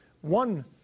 one